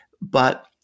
but-